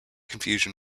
confusion